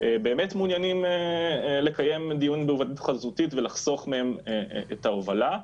באמת מעוניינים לקיים דיון בהיוועדות חזותית ולחסוך מהם את ההובלה.